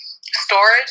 storage